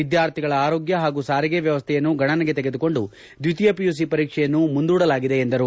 ವಿದ್ವಾರ್ಥಿಗಳ ಆರೋಗ್ಯ ಹಾಗೂ ಸಾರಿಗೆ ವ್ಯವಸ್ಥೆಯನ್ನು ಗಣನೆಗೆ ತೆಗೆದುಕೊಂಡು ದ್ವಿತೀಯ ಪಿಯುಸಿ ಪರೀಕ್ಷೆಯನ್ನು ಮುಂದೂಡಲಾಗಿದೆ ಎಂದರು